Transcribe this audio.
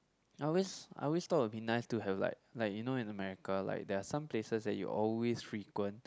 I always I always thought will be nice to have like like you know in America like there are some places that you always frequent